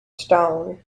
stone